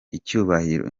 icyubahiro